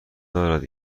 دارد